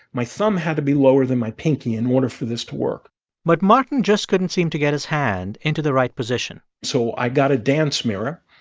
my thumb had to be lower than my pinky in order for this to work but martin just couldn't seem to get his hand into the right position so i got to a dance mirror,